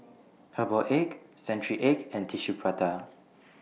Herbal Egg Century Egg and Tissue Prata